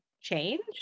change